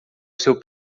seu